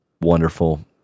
wonderful